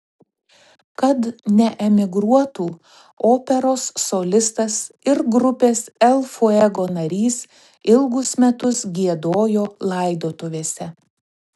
kad neemigruotų operos solistas ir grupės el fuego narys ilgus metus giedojo laidotuvėse